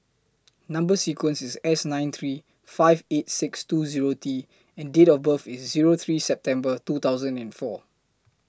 Number sequence IS S nine three five eight six two Zero T and Date of birth IS Zero three September two thousand and four